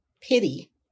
pity